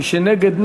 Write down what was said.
ומי שנגד,